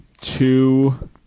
two